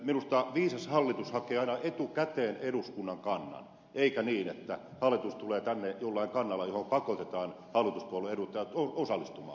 minusta viisas hallitus hakee aina etukäteen eduskunnan kannan eikä niin että hallitus tulee tänne jollain kannalla johon pakotetaan hallituspuolueiden edustajat osallistumaan